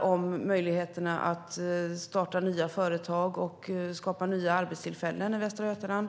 och om möjligheterna att starta nya företag och skapa nya arbetstillfällen i västra Götaland.